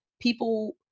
people